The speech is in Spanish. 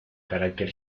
carácter